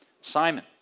Simon